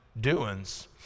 doings